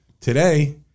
Today